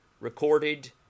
recorded